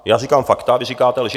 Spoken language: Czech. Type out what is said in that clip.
Já říkám fakta, vy říkáte lži.